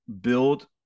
build